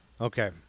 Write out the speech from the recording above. Okay